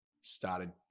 started